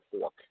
fork